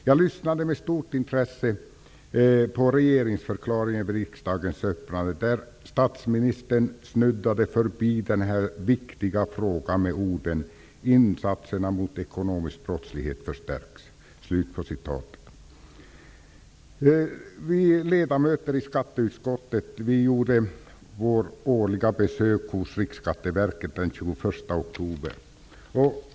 Jag lyssnade med stort intresse på regeringsförklaringen vid riksdagens öppnande, där statsministern snuddade förbi den här viktiga frågan med orden: Insatserna mot ekonomisk brottslighet förstärks. Vi ledamöter i skatteutskottet gjorde vårt årliga besök hos Riksskatteverket den 21 oktober.